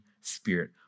spirit